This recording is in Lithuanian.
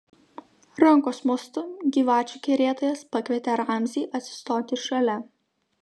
rankos mostu gyvačių kerėtojas pakvietė ramzį atsistoti šalia